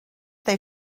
they